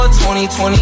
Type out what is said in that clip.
2020